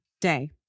day